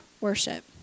worship